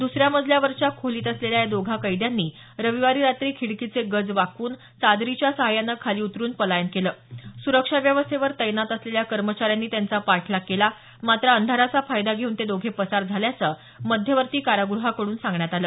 दसऱ्या मजल्यावरच्या खोलीत असलेल्या या दोघा कैद्यांनी रविवारी रात्री खिडकीचे गज वाकवून चादरीच्या सहाय्याने खाली उतरून पलायन केलं सुरक्षा व्यवस्थेवर तैनात असलेल्या कर्मचाऱ्यांनी त्यांचा पाठलाग केला मात्र अंधाराचा फायदा घेऊन हे दोघे पसार झाल्याचं मध्यवर्ती कारागृहाकडून सांगण्यात आलं